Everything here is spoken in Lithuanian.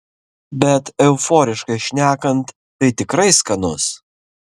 bet euforiškai šnekant tai tikrai skanus